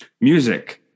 music